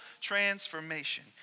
transformation